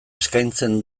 eskaintzen